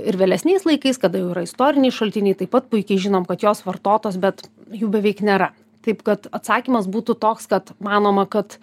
ir vėlesniais laikais kada jau yra istoriniai šaltiniai taip pat puikiai žinom kad jos vartotos bet jų beveik nėra taip kad atsakymas būtų toks kad manoma kad